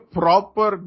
proper